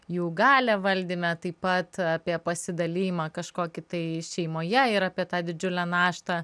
jų galią valdyme taip pat apie pasidalijimą kažkokį tai šeimoje ir apie tą didžiulę naštą